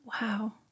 Wow